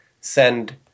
send